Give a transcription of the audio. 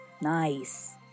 Nice